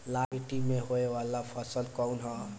लाल मीट्टी में होए वाला फसल कउन ह?